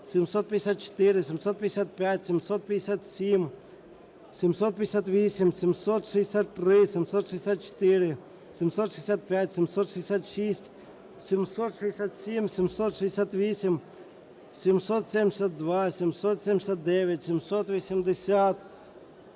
754, 755, 757, 758, 763, 764, 765, 766, 767, 768, 772, 779, 780,